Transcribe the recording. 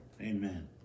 Amen